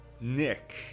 Nick